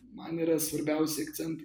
man yra svarbiausi akcentai